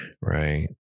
right